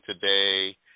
today